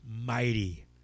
mighty